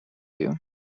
you